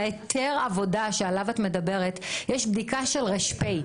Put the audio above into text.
בהיתר העבודה שעליו את מדברת יש בדיקה של ר.פ.